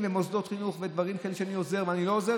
ומוסדות חינוך ודברים כאלה שאני עוזר או אני לא עוזר,